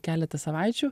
keletą savaičių